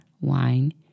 wine